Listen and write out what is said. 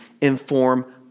inform